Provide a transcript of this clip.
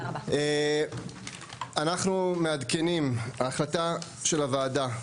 אנחנו מעדכנים ההחלטה של הוועדה,